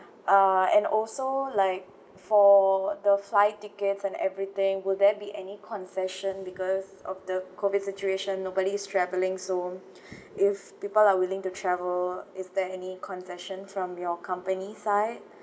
uh and also like for the flight tickets and everything will there be any concession because of the COVID situation nobody is travelling so if people are willing to travel is there any concession from your company side